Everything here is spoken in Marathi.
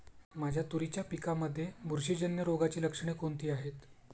माझ्या तुरीच्या पिकामध्ये बुरशीजन्य रोगाची लक्षणे कोणती आहेत?